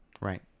right